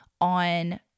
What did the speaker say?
on